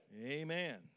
Amen